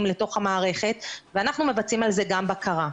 לתוך המערכת ואנחנו מבצעים על זה גם בקרה.